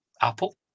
Apple